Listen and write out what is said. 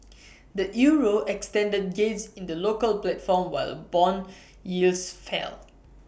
the euro extended gains in the local platform while Bond yields fell